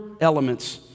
elements